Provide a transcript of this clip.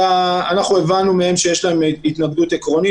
הבנו מהם שיש להם התנגדות עקרונית,